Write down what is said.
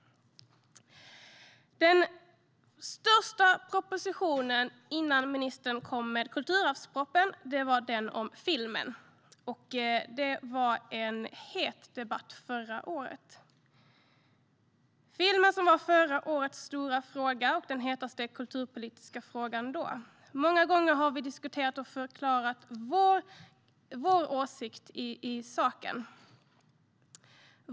Den största propositionen innan ministern lade fram kulturarvspropositionen var den om filmen. Filmen var förra årets hetaste kulturpolitiska fråga och debatterades flitigt. Många gånger har vi diskuterat och förklarat vår åsikt.